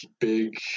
big